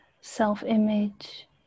self-image